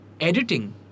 editing